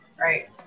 right